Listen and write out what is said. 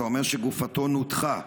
אתה אומר שגופתו נותחה?